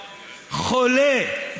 חולה,